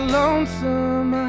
lonesome